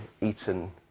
eaten